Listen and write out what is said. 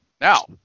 Now